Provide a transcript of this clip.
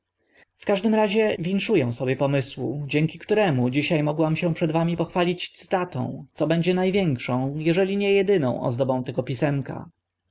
w każdym razie winszu ę sobie pomysłu dzięki któremu dzisia mogłam się przed wami pochwalić cytatą co będzie na większą eżeli nie edyną ozdobą tego pisemka